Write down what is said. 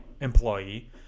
employee